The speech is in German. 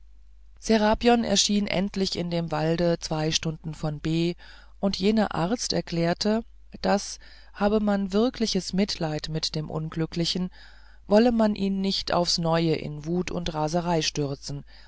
serapion erschien endlich in dem walde zwei stunden von b und jener arzt erklärte daß habe man wirkliches mitleiden mit dem unglücklichen wolle man ihn nicht aufs neue in wut und raserei stürzen